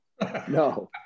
no